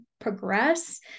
progress